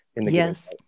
Yes